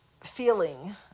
feeling